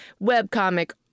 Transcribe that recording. webcomic